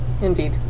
Indeed